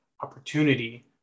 opportunity